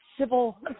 Civil